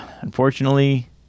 unfortunately